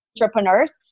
entrepreneurs